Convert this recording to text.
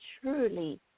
truly